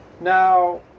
Now